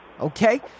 Okay